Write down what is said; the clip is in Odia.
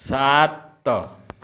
ସାତ